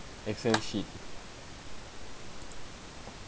excel sheet